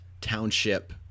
township